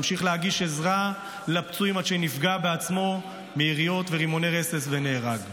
הוא המשיך להגיש עזרה לפצועים עד שנפגע בעצמו מיריות ורימוני רסס ונהרג.